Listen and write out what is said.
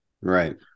right